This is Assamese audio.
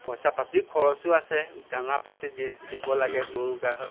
পইচা পাতিয়ো খৰছো আছে দানা পাতি দিব লাগে গৰু গাহৰিক